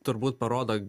turbūt parodo